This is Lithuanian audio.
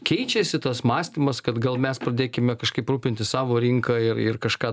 keičiasi tas mąstymas kad gal mes pradėkime kažkaip rūpintis savo rinka ir ir kažką